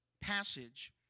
passage